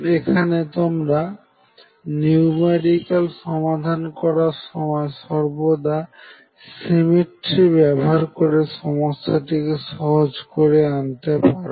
এখন তোমরা নিউমেরিক্যাল সমাধান করার সময় সর্বদা সিমেট্রি ব্যবহার করে সমস্যাটিকে সহজ করে নিয়ে আসতে পারো